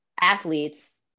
athletes